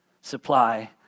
Supply